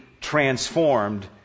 transformed